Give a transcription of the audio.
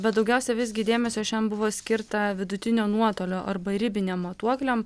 bet daugiausia visgi dėmesio šiandien buvo skirta vidutinio nuotolio arba ribiniam matuokliam